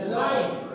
life